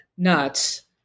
nuts